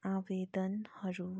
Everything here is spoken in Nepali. आवेदनहरू